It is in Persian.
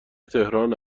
تهران